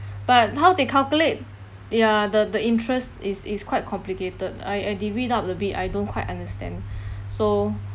but how they calculate their the the interest is is quite complicated I I divvied up a bit I don't quite understand so